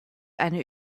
eine